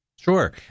Sure